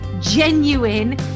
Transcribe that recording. genuine